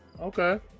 okay